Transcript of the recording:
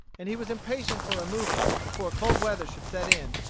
and he was impatient for removal, before cold weather should set in,